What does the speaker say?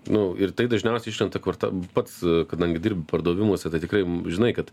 nu ir tai dažniausiai iškrenta kvarta pats kadangi dirbu pardavimuose tai tikrai žinai kad